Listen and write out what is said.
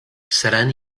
seran